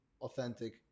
authentic